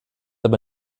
aber